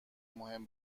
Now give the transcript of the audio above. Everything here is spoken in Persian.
مهم